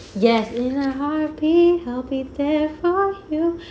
yes in a heartbeat I'll be there for you